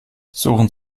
suchen